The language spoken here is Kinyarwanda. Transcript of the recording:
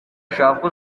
ushaka